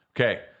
Okay